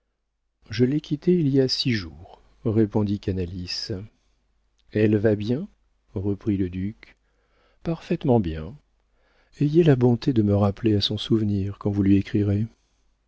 je l'ai quittée il y a six jours répondit canalis elle va bien reprit le duc parfaitement bien ayez la bonté de me rappeler à son souvenir quand vous lui écrirez